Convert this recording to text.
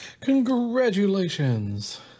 Congratulations